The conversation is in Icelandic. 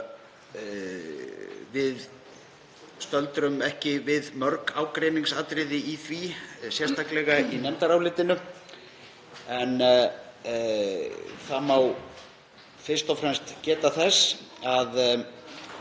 Við stöldrum ekki við mörg ágreiningsatriði í því sérstaklega í nefndarálitinu. Það má fyrst og fremst geta þess að